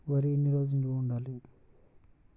వరి ఎన్ని రోజులు నిల్వ ఉంచాలి?